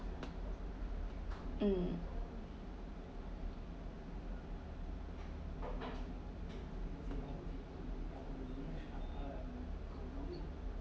mm